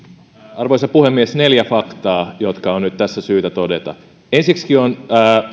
arvoisa puhemies neljä faktaa jotka on nyt tässä syytä todeta ensiksikin on